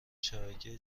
شبکه